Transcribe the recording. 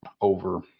over